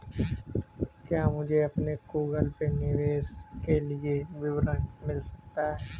क्या मुझे अपने गूगल पे निवेश के लिए विवरण मिल सकता है?